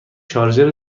شارژر